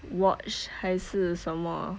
watch 还是什么